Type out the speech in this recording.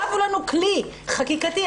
הבו לנו כלי חקיקתי,